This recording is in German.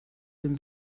dem